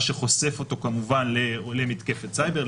מה שחושף אותו כמובן למתקפת סייבר,